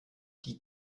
die